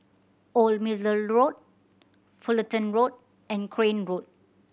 Old Middle Road Fullerton Road and Crane Road